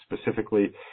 Specifically